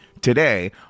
today